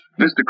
Mr